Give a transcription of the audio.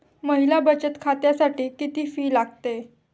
महिला बचत खात्यासाठी किती फी लागते?